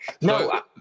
no